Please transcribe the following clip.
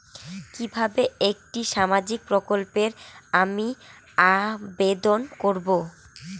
কিভাবে একটি সামাজিক প্রকল্পে আমি আবেদন করব?